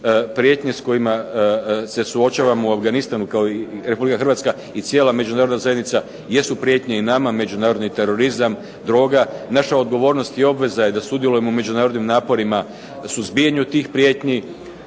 Prijetnje s kojima se suočavamo u Afganistanu kao Republika Hrvatska i cijela Međunarodna zajednica jesu prijetnje i nama međunarodni terorizam, droga. Naša odgovornost i obveza je da sudjelujemo u međunarodnim naporima u suzbijanju tih prijetnji.